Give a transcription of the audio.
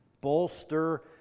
bolster